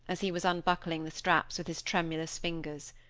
as he was unbuckling the straps with his tremulous fingers.